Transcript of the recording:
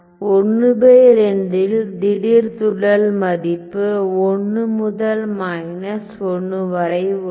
12 இல் திடீர் துள்ளல் மதிப்பு 1 முதல் 1 வரை உள்ளது